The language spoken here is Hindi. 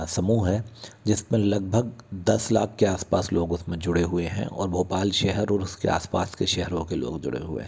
समूह है जिसमें लगभग दस लाख के आस पास लोग उसमें जुड़े हुए हैं और भोपाल शहर ओर उसके आस पास के शहरों के लोग जुड़े हुए हैं